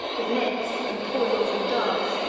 with nets, and toils, and darts,